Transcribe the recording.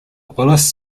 willis